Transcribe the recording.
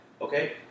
Okay